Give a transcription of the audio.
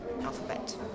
alphabet